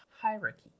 hierarchy